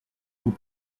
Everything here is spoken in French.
vous